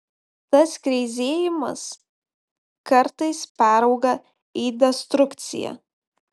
tas kreizėjimas kartais perauga į destrukciją